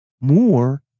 more